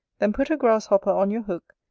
then put a grasshopper on your hook,